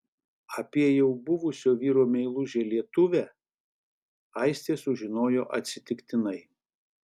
apie jau buvusio vyro meilužę lietuvę aistė sužinojo atsitiktinai